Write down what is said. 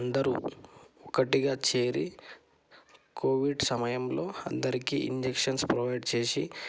అందరూ ఒకటిగా చేరి కోవిడ్ సమయంలో అందరికీ ఇంజక్షన్స్ ప్రొవైడ్ చేసి